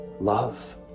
Love